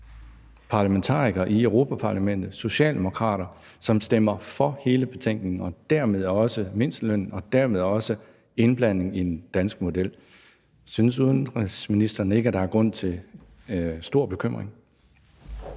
parlamentarikere i Europa-Parlamentet, socialdemokrater, som stemmer for hele betænkningen og dermed også mindstelønnen og dermed også indblanding i den danske model. Synes udenrigsministeren ikke, at der er grund til stor bekymring?